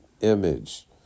image